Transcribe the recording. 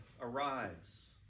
arrives